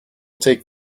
take